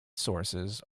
sources